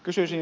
kysyisin